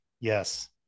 Yes